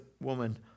woman